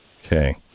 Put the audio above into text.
Okay